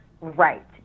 right